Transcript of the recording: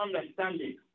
understanding